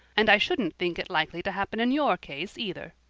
and i shouldn't think it likely to happen in your case either.